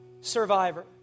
survivor